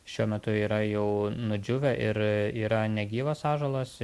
šiuo metu yra jau nudžiūvę ir yra negyvas ąžuolas